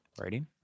writing